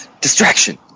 Distraction